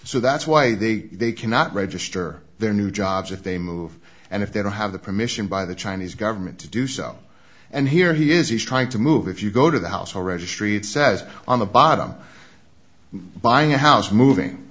so that's why they they cannot register their new jobs if they move and if they don't have the permission by the chinese government to do so and here he is he's trying to move if you go to the house or registry it says on the bottom buying a house moving